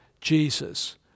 Jesus